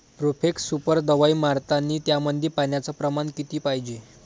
Profex super दवाई मारतानी त्यामंदी पान्याचं प्रमाण किती पायजे?